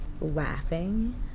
laughing